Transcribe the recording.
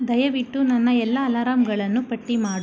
ದಯವಿಟ್ಟು ನನ್ನ ಎಲ್ಲ ಅಲರಾಮ್ಗಳನ್ನು ಪಟ್ಟಿ ಮಾಡು